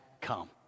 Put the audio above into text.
come